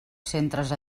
centres